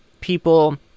people